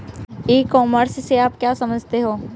ई commerce से आप क्या समझते हो?